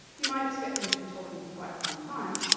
you might expect them to be talking for quite some time,